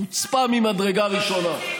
חוצפה ממדרגה ראשונה.